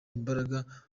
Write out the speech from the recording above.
imbaraga